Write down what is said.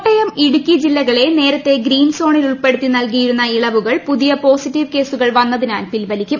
കോട്ടയം ഇടുക്കി ജില്ലകളെ നേരത്തെ ഗ്രീൻ സോണിൽ ഉൾപ്പെടുത്തി നൽകിയിരുന്ന ഇളവുകൾ പുതിയ പോസിറ്റീവ് കേസുകൾ വന്നതിനാൽ പിൻവലിക്കും